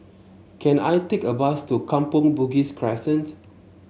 can I take a bus to Kampong Bugis Crescent